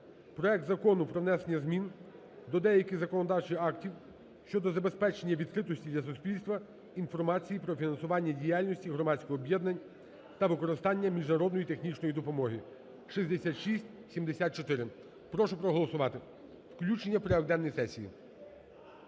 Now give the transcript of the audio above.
проект Закону про внесення змін до деяких законодавчих актів щодо забезпечення відкритості для суспільства інформації про фінансування діяльності громадських об'єднань та використання міжнародної технічної допомоги (6674). Прошу проголосувати включення у порядок денний сесії.